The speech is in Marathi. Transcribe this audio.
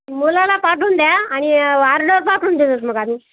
मुलाला पाठवून द्या आणि वारड पाठून मग आम्ही